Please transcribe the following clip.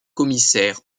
commissaire